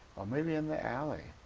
maybe in the alley,